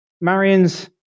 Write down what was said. Marion's